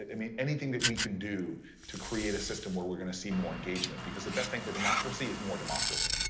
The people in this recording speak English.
mean, anything that we can do to create a system where we're going to see more engagement because the best thing for democracy is more democracy.